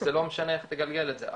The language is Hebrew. וזה לא משנה איך תגלגל את זה.